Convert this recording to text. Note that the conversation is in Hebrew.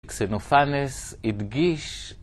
אקסנופנס, הדגיש